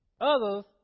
Others